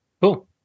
Cool